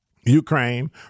Ukraine